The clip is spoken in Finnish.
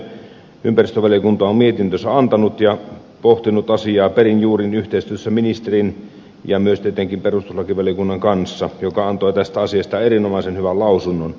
ympäristövaliokunta on mietintönsä antanut ja pohtinut asiaa perin juurin yhteistyössä ministerin ja myös tietenkin perustuslakivaliokunnan kanssa joka antoi tästä asiasta erinomaisen hyvän lausunnon